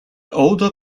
older